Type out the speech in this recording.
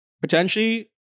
potentially